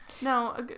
No